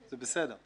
זה בסדר.